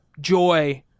joy